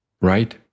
Right